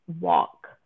walk